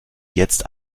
jetzt